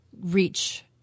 reach